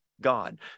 God